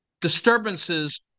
disturbances